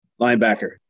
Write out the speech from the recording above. Linebacker